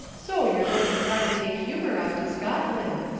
so you're going to try to take humour up to scotland,